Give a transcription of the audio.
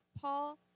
Paul